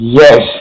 yes